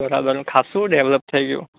બરાબર ખાસું ડેવલપ થઈ ગયું